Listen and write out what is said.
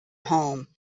home